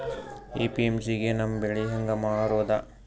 APMC ಗೆ ನಮ್ಮ ಬೆಳಿ ಹೆಂಗ ಮಾರೊದ?